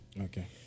Okay